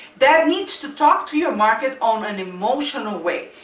that needs to talk to you market on an emotional way.